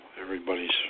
everybody's